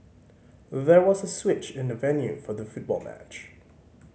there was a switch in the venue for the football match